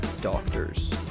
doctors